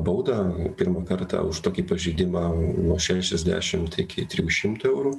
baudą pirmą kartą už tokį pažeidimą nuo šešiasdešimt iki trijų šimtų eurų